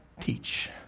teach